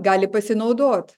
gali pasinaudot